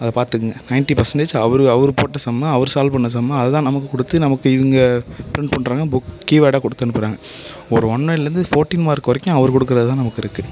அதை பார்த்துக்குங்க ninety percentage அவரு அவரு போட்ட சம்மை அவரு சால்வ் பண்ண சம்மை அதுதான் நமக்கு கொடுத்து நமக்கு இவங்க ப்ரிண்ட் பண்ணுறாங்க புக் கீவேர்டாக கொடுத்தனுப்புறாங்க ஒரு ஒன் வேர்ட்லேருந்து ஃபோர்ட்டின் மார்க் வரைக்கும் அவர் கொடுக்குறதுதான் நமக்கு இருக்குது